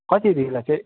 कति बेला चाहिँ